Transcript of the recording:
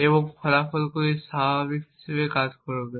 এবং ফলাফলগুলি স্বাভাবিক হিসাবে কাজ করবে